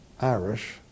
Irish